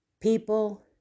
people